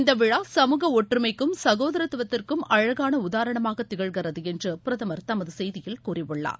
இந்த விழா சமூக ஒற்றுமைக்கும் சகோதரத்துவத்துக்கும் அழகான உதாரணமாகத் திகழ்கிறது என்று பிரதமர் தமது செய்தியில் கூறியுள்ளார்